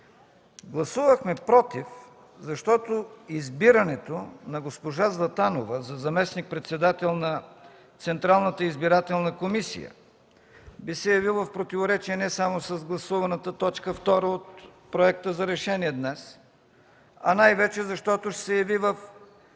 Гласувахме „против”, защото избирането на госпожа Златарева за заместник-председател на Централната избирателна комисия би се явило в противоречие не само с гласуваната т. 2 от проекта за решение днес, а най-вече, защото ще се яви в